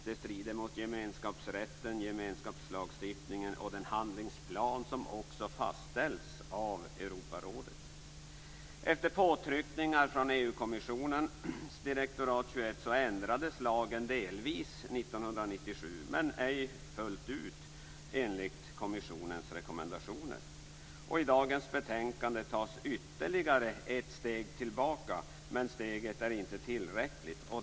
Det strider mot gemenskapslagstiftningen och den handlingsplan som också fastställts av Europarådet. Efter påtryckningar från EU-kommissionens Generaldirektorat XXI ändrades lagen delvis 1997, men ej fullt ut enligt kommissionens rekommendationer. I dagens betänkande tas ytterligare ett steg tillbaka, men steget är inte tillräckligt.